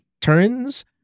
turns